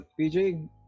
PJ